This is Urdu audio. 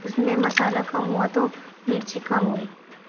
اُس میں مسالہ کم ہُوا تو مرچی کم ہوئی